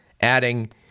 Adding